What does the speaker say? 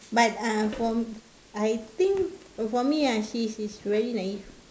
but uh for I think for me ah she is really naive